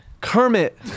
Kermit